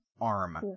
arm